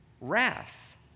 wrath